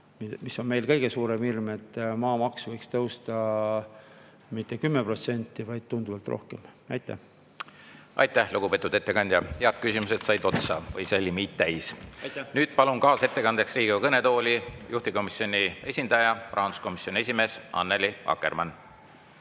Meie kõige suurem hirm on, et maamaks võib tõusta mitte 10%, vaid tunduvalt rohkem. Aitäh, lugupeetud ettekandja! Küsimused said otsa või sai limiit täis. Nüüd palun kaasettekandeks Riigikogu kõnetooli juhtivkomisjoni esindaja, rahanduskomisjoni esimehe Annely Akkermanni.